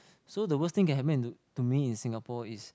so the worst thing that can happen to me in Singapore is